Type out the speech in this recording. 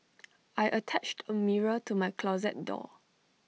I attached A mirror to my closet door